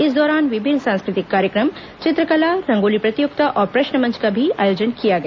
इस दौरान विभिन्न सांस्कृतिक कार्यक्रम चित्रकला रंगोली प्रतियोगिता और प्रश्न मंच का भी आयोजन किया गया